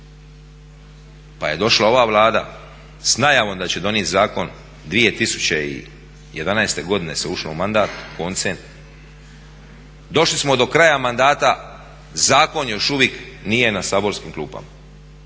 Pa je došla ova Vlada sa najavom da će donijeti zakon 2011.godine se ušlo u mandat koncem, došli smo do kraja mandata zakon još uvijek nije na saborskim klupama,